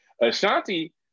Ashanti